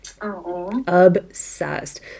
obsessed